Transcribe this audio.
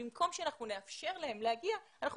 ובמקום שאנחנו נאפשר להם להגיע אנחנו